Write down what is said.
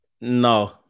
No